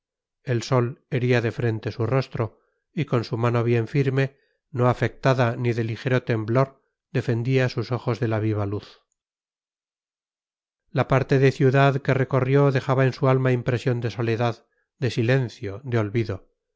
el sol hería de frente su rostro y con su mano bien firme no afectada ni de ligero temblor defendía sus ojos de la viva luz la parte de ciudad que recorrió dejaba en su alma impresión de soledad de silencio de olvido